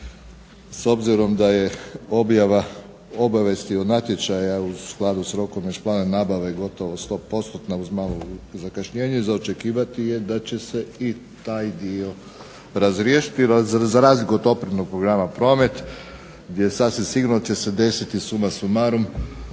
s obzirom da je objava obavijesti od natječaja u skladu s rokom još plana nabave gotovo 100%-tna gotovo uz malo zakašnjenje, za očekivati je da će se i taj dio razriješiti za razliku od Operativnog programa Promet, gdje će se sasvim sigurno desiti summa summarum